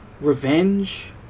revenge